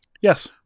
Yes